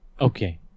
okay